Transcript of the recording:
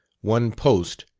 one post,